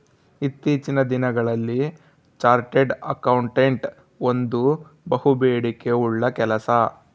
ಇತ್ತೀಚಿನ ದಿನಗಳಲ್ಲಿ chartered accountant ಒಂದು ಬಹುಬೇಡಿಕೆ ಉಳ್ಳ ಕೆಲಸ